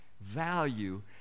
value